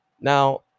Now